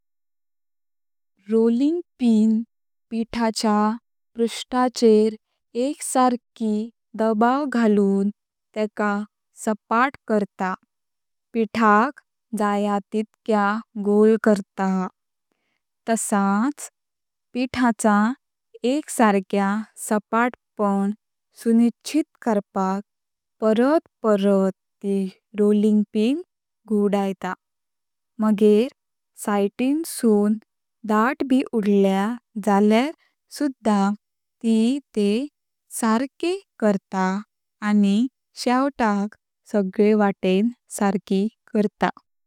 Rolling pin पीठाच्या पृष्ठाचेर एकसारकी दबाव घालून तेक सापाट करता। पीठाक जया तितक्या गोल करता। तसच पीठाचा एकसारक्या सापाटपण सुनिश्चित करपाक परत परत त रोलिंग पिन घुवडायता, माघर साईटिन सुं दात ब उर्ल्या जल्यार सुध्धा त तेह सर्क करता आनी शेवटाक सगळे वाटेन सर्क करता।